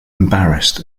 embarrassed